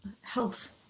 health